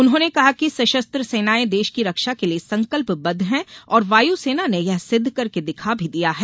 उन्होंने कहा कि सशस्त्र सेनाएं देश की रक्षा के लिए संकल्पबद्ध हैं और वायुसेना ने यह सिद्ध करके दिखा भी दिया है